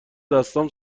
دستام